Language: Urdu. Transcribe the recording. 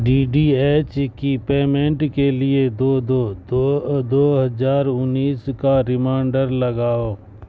ڈی ٹی ایچ کی پیمنٹ کے لیے دو دو دو دو ہزار انیس کا ریمانڈر لگاؤ